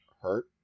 hurt